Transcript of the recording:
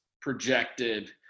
projected